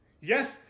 Yes